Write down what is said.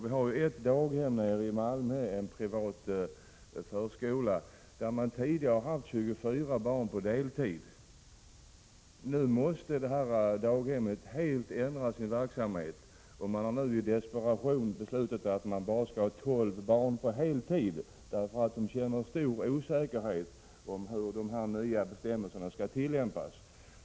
I Malmö finns en privat förskola, där man tidigare haft 24 barn på deltid. Nu tvingas man på denna förskola helt ändra sin verksamhet, och man har där i desperation beslutat att man skall ha bara tolv barn på heltid. Man känner stor osäkerhet om hur de nya bestämmelserna skall tillämpas.